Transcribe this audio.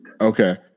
Okay